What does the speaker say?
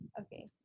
Okay